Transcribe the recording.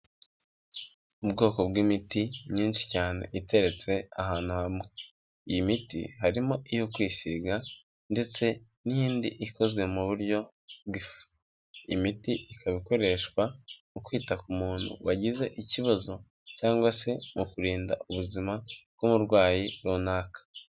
Ubwoko bw'imiti myinshi cyane iteretse ahantu hamwe. Iyi miti harimo iyo kwisiga ndetse n'indi ikozwe mu buryo bw'ifu. Imiti ikaba ikoreshwa mu kwita ku muntu wagize ikibazo cyangwa se mu kurinda ubuzima bw'umurwayi runaka.